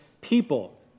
people